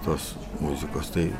tos muzikos tai